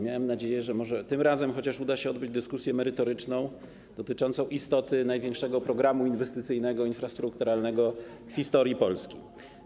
Miałem nadzieję, że może chociaż tym razem uda się odbyć dyskusję merytoryczną dotyczącą istoty największego programu inwestycyjnego, infrastrukturalnego w historii Polski.